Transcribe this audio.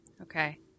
Okay